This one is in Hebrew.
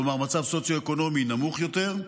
כלומר המצב הסוציו-אקונומי נמוך יותר,